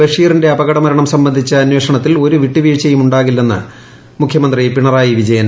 ബഷീറിന്റെ അപകടമരണം സംബൃക്പ്പിച്ച് അന്വേഷണത്തിൽ ഒരു വിട്ടുവീഴ്ച്ചയുമുണ്ടാവില്ലെന്ന് ്മുഖ്യമന്ത്രി പിണറായി വിജയൻ